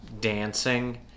dancing